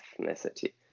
ethnicity